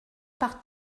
par